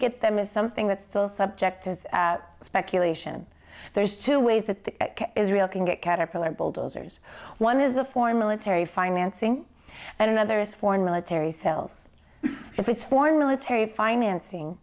get them is something that's still subject as speculation there's two ways that the israel can get caterpillar bulldozers one is a foreign military financing another is foreign military sells its foreign military financing